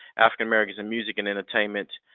african-americans in music and entertainment,